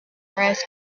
brass